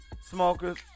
smokers